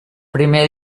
primer